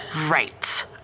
Right